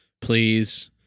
please